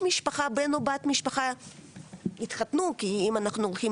חלק ממה שאנחנו עוסקים